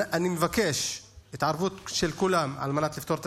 אני מבקש התערבות של כולם על מנת לפתור את